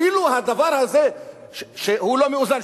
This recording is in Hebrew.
אפילו את הדבר הזה שהוא לא מאוזן,